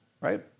right